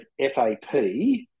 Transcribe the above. FAP